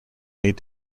lead